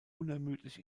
unermüdlich